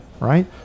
Right